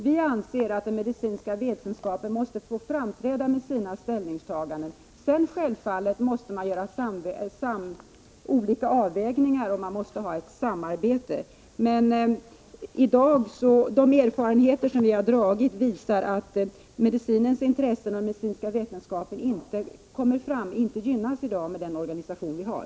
Vi anser att den medicinska vetenskapen måste få framträda med sina ställningstaganden. Sedan måste man självfallet göra olika avvägningar, och man måste ha ett samarbete. Men de erfarenheter som vi har gjort visar att den medicinska vetenskapen inte gynnas i dag med den organisation vi har.